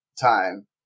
time